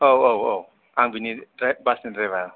औ औ औ आं बिनि द्राइ बासनि द्राइबार